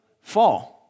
Fall